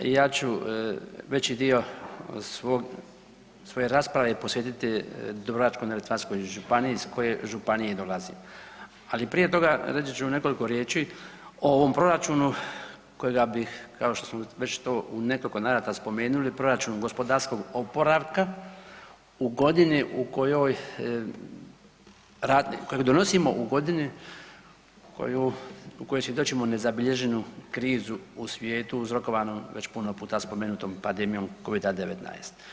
Ja ću veći dio svog, svoje rasprave posvetiti Dubrovačko-neretvanskoj županiji iz koje županije i dolazim, ali prije toga reći ću nekoliko riječi o ovom proračunu kojega bih kao što smo već to u nekoliko navrata spomenuli, proračun gospodarskog oporavka u godinu u kojoj, kojeg donosimo u godini koju, u kojoj svjedočimo nezabilježenu krizu u svijetu uzrokovanu već puno puta spomenutom pandemijom Covida 19.